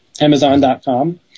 Amazon.com